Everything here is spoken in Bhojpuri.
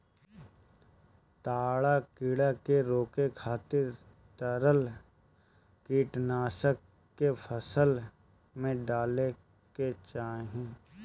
सांढा कीड़ा के रोके खातिर तरल कीटनाशक के फसल में डाले के चाही